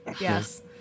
Yes